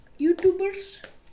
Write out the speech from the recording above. YouTubers